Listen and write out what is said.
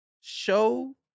Show